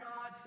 God